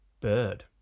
bird